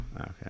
okay